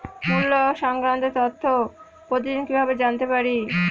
মুল্য সংক্রান্ত তথ্য প্রতিদিন কিভাবে জানতে পারি?